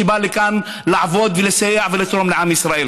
שבא לכאן לעבוד ולסייע ולתרום לעם ישראל.